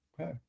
Okay